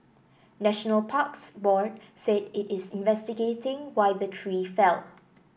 National Parks Board said it is investigating why the tree fell